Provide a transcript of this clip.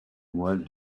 what